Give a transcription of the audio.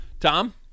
Tom